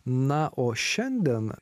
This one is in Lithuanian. na o šiandien